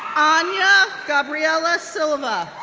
anya gabriela silva,